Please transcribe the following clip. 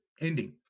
ending